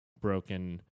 broken